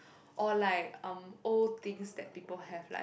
or like um old things that people have like